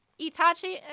Itachi